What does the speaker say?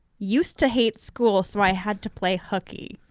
used to hate school so i had to play hookie.